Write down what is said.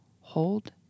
hold